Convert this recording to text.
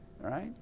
right